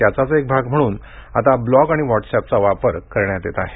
त्याचाच एक भाग म्हणून आता ब्लॉग आणि व्हाटस्एपचा वापर करण्यात येत आहे